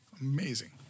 Amazing